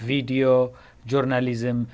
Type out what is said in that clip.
video journalism